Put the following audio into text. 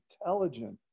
intelligent